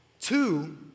Two